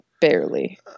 barely